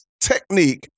technique